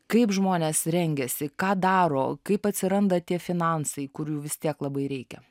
kaip žmonės rengiasi ką daro kaip atsiranda tie finansai kurių vis tiek labai reikia